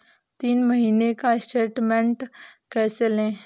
तीन महीने का स्टेटमेंट कैसे लें?